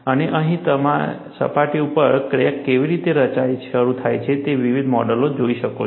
અને અહીં તમે સપાટી ઉપરથી ક્રેક કેવી રીતે શરૂ થાય છે તે વિવિધ મોડેલો જોઈ શકો છો